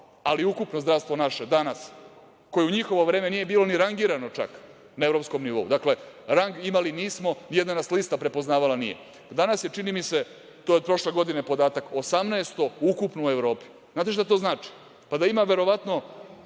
da ima. Ukupno zdravstvo naše danas, koje u njihovo vreme nije bilo ni rangirano čak na evropskom nivou, rang imali nismo, nijedna nas lista prepoznavala nije, danas je, čini mi se, to je od prošle godine podatak, 18 ukupno u Evropi. Znate šta to znači? Da ima verovatno